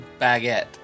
baguette